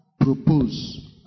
propose